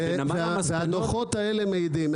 והדוחות האלה מעידים.